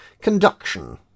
Conduction